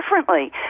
differently